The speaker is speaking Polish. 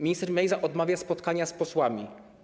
Minister Mejza odmawia spotkania z posłami.